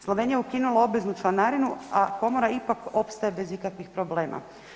Slovenija je ukinula obveznu članarinu, a komora ipak opstaje bez ikakvih problema.